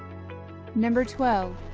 number twelve.